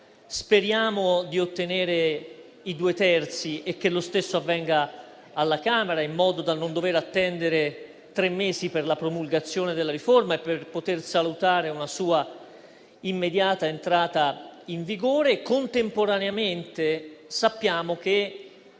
terzi dei componenti l'Assemblea e che lo stesso avvenga alla Camera, in modo da non dover attendere tre mesi per la promulgazione della riforma e per poter salutare una sua immediata entrata in vigore. Contemporaneamente sappiamo che